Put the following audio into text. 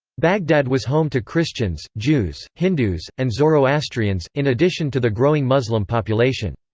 baghdad was home to christians, jews, hindus, and zoroastrians, in addition to the growing muslim population.